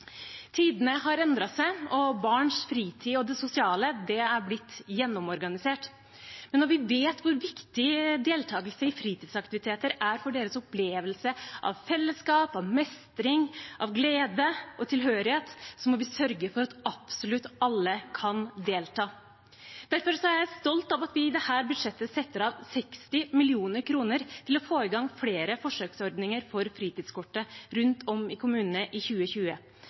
Tidene har endret seg, og barns fritid og det sosiale er blitt gjennomorganisert. Men når vi vet hvor viktig deltagelse i fritidsaktiviteter er for deres opplevelse av fellesskap, mestring, glede og tilhørighet, må vi sørge for at absolutt alle kan delta. Derfor er jeg stolt av at vi i dette budsjettet setter av 60 mill. kr til å få i gang flere forsøksordninger for fritidskortet rundt om i kommunene i 2020.